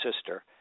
sister